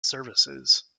services